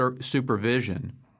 supervision